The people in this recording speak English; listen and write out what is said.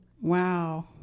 Wow